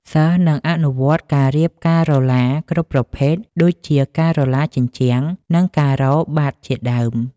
សិស្សនឹងអនុវត្តការរៀបការ៉ូឡាគ្រប់ប្រភេទដូចជាការ៉ូឡាជញ្ជាំង និងការ៉ូបាតជាដើម។